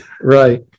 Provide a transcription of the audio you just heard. Right